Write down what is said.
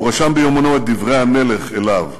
והוא רשם ביומנו את דברי המלך אליו.